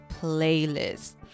Playlist